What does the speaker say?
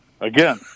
again